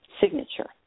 signature